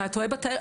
אתה טועה בתהליך,